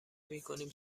میکنیم